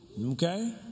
okay